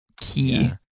key